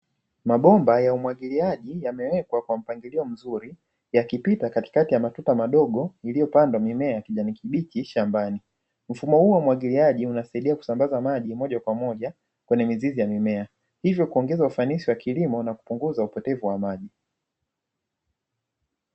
Mabomba ya umwagiliaji yamewekwa kwa mpangilio mzuri yakipita katika ya matuta madogo iliyopandwa mimea ya kijani kibichi shambani, mfumo huo wa umwagiliaji unasaidia kusambaza maji moja kwa moja kwenye mizizi ya mimea hivyo kuongeza ufanisi wa kilimo na upotevu wa maji.